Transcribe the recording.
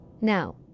Now